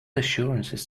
assurances